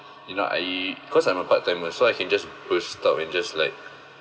you know I cause I'm a part-timer so I can just push stop and just like